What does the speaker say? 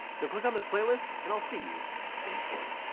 so click on this playlist and i'll see you in court.